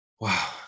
wow